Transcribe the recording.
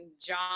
John